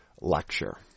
lecture